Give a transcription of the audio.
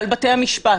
על בתי המשפט,